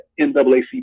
NAACP